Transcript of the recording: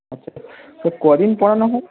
আচ্ছা sir sir কদিন পড়ানো হয়